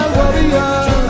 warriors